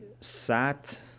sat